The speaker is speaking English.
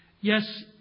Yes